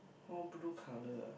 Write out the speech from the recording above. all blue colour ah